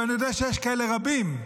ואני יודע שיש כאלה רבים,